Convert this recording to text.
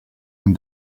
and